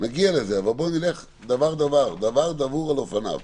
היו דיבורים על הדבר הזה.